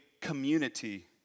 community